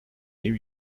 new